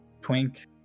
Twink